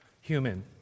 human